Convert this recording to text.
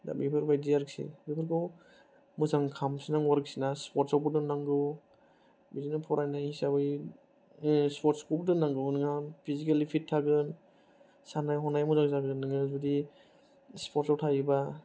दा बेफोरबादि आरोखि बेफोरखौ मोजां खालामफिनांगौ आरोना स्परट्सावबो मोजां दोननांगौ बिदिनो फरायनाय हिसाबै स्परट्सखौबो दोननांगौ फिजिकेलि फिट थागोन साननाय हनाय मोजां जागोन नोंना जुदि स्परट्साव थायोबा